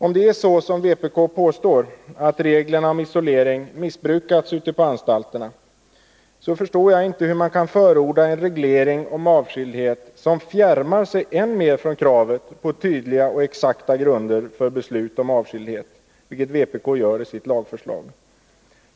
Om det är så som vpk påstår, att reglerna om isolering missbrukats ute på anstalterna, förstår jag inte hur man kan förorda en reglering om avskildhet som fjärmar sig än mer från kravet på tydliga och exakta grunder för beslut om avskildhet, vilket vpk gör i sitt lagförslag.